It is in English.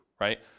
right